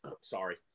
Sorry